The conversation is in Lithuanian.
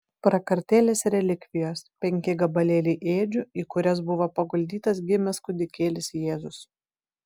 prakartėlės relikvijos penki gabalėliai ėdžių į kurias buvo paguldytas gimęs kūdikėlis jėzus